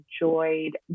enjoyed